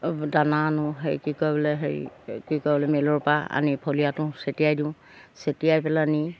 দানা আনো সেই কি কয় বোলে হেৰি কি কয় বোলে মিলৰ পৰা আনি ফলিয়া তুঁহ চটিয়াই দিওঁ চটিয়াই পেলাইনি